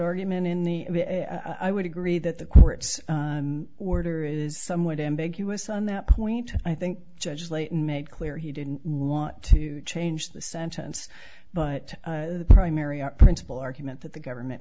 argument in the i would agree that the court's order is somewhat ambiguous on that point i think judge layton made clear he didn't want to change the sentence but the primary our principle argument that the government